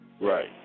Right